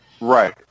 Right